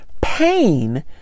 Pain